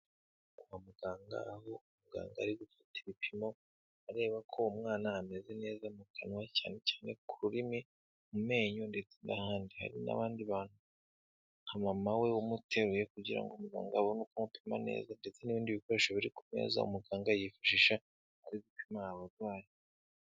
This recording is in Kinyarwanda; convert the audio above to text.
Kwa muganga aho umuganga ari gufata ibipimo areba ko umwana ameze neza mu kanwa cyane cyane ku rurimi mu menyo ndetse n'ahandi, hari n'abandi bantu nka mama we umuteruye kugira ngo umuganga abone uko amupima neza, ndetse n'ibindi bikoresho biri ku meza umuganga yifashisha ari gupima abarwayi.